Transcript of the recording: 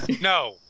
No